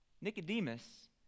nicodemus